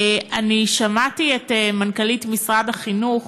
שמעתי את מנכ"לית משרד החינוך